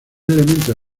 elementos